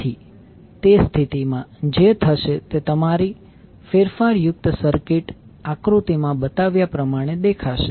તેથી તે સ્થિતિમાં જે થશે તે તમારી ફેરફાર યુક્ત સર્કિટ આકૃતિમાં બતાવ્યા પ્રમાણે દેખાશે